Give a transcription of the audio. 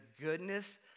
goodness